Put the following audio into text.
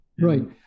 Right